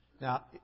Now